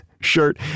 shirt